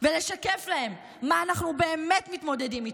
ולשקף להם עם מה אנחנו באמת מתמודדים.